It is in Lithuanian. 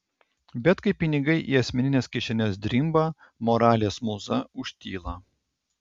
bet kai pinigai į asmenines kišenes drimba moralės mūza užtyla